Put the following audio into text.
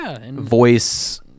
voice